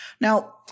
Now